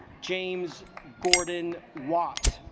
james gordon watt